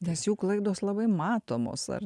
nes jų klaidos labai matomos ar